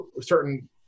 certain